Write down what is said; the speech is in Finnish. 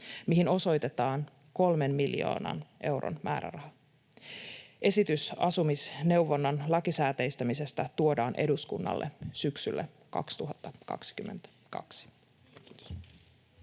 mihin osoitetaan 3 miljoonan euron määräraha. Esitys asumisneuvonnan lakisääteistämisestä tuodaan eduskunnalle syksyllä 2022.